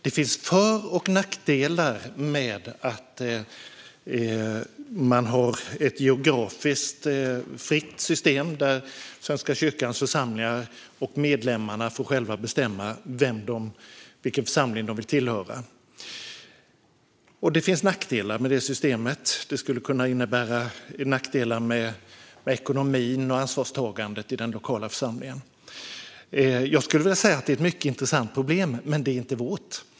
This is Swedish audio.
Det finns för och nackdelar med att man har ett geografiskt fritt system, där Svenska kyrkans medlemmar själva får bestämma vilken församling som de vill tillhöra. Ett sådant system skulle kunna innebära nackdelar med ekonomin och ansvarstagandet i den lokala församlingen. Jag skulle vilja säga att det är ett mycket intressant problem, men det är inte vårt.